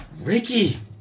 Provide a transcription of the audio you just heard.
Ricky